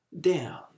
down